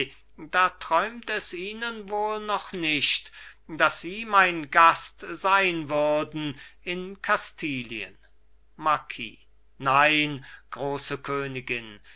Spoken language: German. da träumt es ihnen wohl noch nicht daß sie mein gast sein würden in kastilien marquis nein große königin